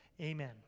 amen